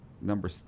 number